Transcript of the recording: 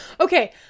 Okay